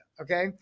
Okay